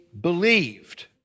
believed